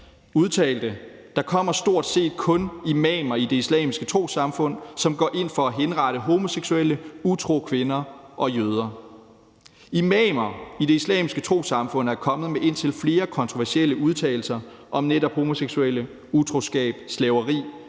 der kommer stort set kun imamer i Det Islamiske Trossamfund, som går ind for at henrette homoseksuelle, utro kvinder og jøder.« Imamer i Det Islamiske Trossamfund er kommet med indtil flere kontroversielle udtalelser om netop homoseksuelle, utroskab, slaveri